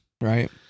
Right